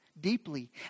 deeply